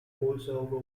voiceover